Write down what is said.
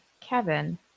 Kevin